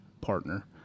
partner